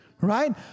Right